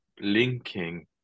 linking